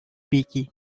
peaky